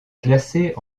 classées